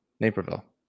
Naperville